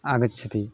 आगच्छति